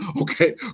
Okay